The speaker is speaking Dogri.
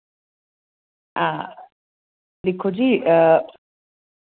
हां दिक्खो जी